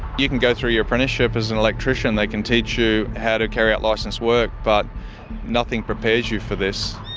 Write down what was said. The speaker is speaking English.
you can go through your apprenticeship as an electrician. they can teach you how to carry out licenced work, but nothing prepares you for this.